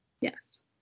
Yes